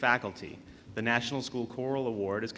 faculty the national school choral award